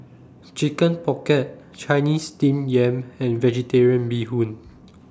Chicken Pocket Chinese Steamed Yam and Vegetarian Bee Hoon